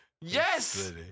Yes